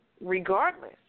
Regardless